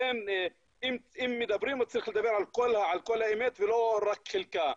לכן אם מדברים אז צריך לדבר על כל האמת ולא רק חלקה.